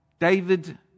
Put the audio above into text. David